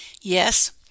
Yes